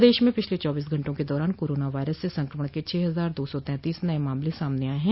प्रदेश में पिछले चौबीस घंटे के दौरान कोरोना वायरस से संक्रमण के छः हजार दो सौ तैंतिस नये मामले सामने आये हैं